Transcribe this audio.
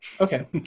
Okay